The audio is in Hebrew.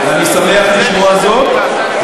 אני שמח לשמוע זאת,